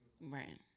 Right